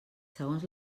segons